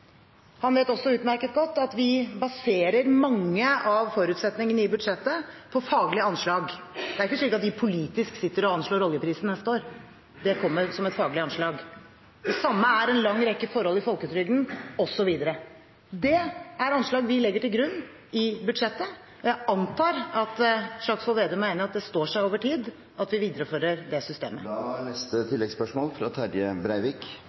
Han vet også utmerket godt at vi baserer mange av forutsetningene i budsjettet på faglige anslag. Det er ikke slik at man politisk sitter og anslår oljeprisen neste år, det kommer som et faglig anslag. Det samme gjelder en lang rekke forhold i folketrygden osv. Det er anslag vi legger til grunn i budsjettet. Jeg antar at Slagsvold Vedum er enig i at det står seg over tid at vi viderefører det systemet. Terje Breivik – til oppfølgingsspørsmål. Det er